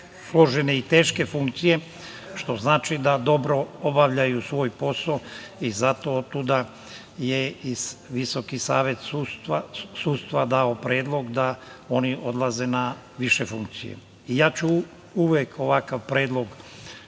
i teške funkcije, što znači da dobro obavljaju svoj posao i zato je otuda i Visoki savet sudstva dao predlog da oni odlaze na više funkcije. Ja ću uvek ovakav predlog